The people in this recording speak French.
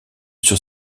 sur